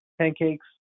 pancakes